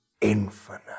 infinite